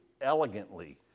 elegantly